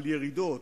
על ירידות,